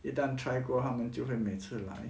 一但 try 过他们就会每次来